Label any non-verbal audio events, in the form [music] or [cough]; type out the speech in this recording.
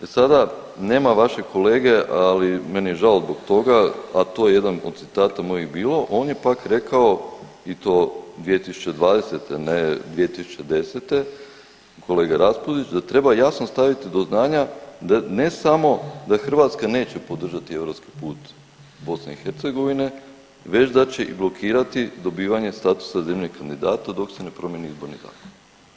E sada, nema vašeg kolege, ali meni je žao zbog toga, a to je jedan od ... [unintelligible] mojih bilo, on je pak rekao i to 2020., ne 2010., kolega Raspudić, da treba jasno staviti do znanja, da ne samo da Hrvatska neće podržati europski put BiH, već da će i blokirati dobivanje statusa zemlje kandidata dok se ne promijeni Izborni zakon.